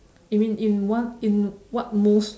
you mean in what in what most